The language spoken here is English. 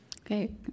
Okay